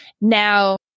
Now